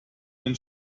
den